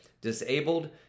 Disabled